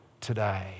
today